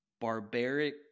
barbaric